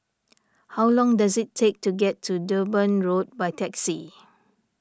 how long does it take to get to Durban Road by taxi